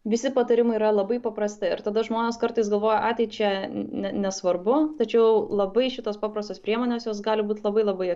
visi patarimai yra labai paprasti ir tada žmonės kartais galvoja ai tai čia ne nesvarbu tačiau labai šitos paprastos priemonės jos gali būt labai labai